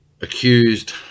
accused